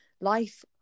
life